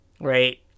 right